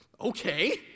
Okay